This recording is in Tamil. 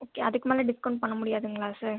ஓகே அதுக்குமேலே டிஸ்கவுண்ட் பண்ண முடியாதுங்களா சார்